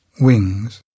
wings